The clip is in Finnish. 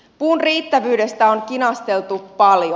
puun riittävyydestä on kinasteltu paljon